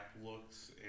looks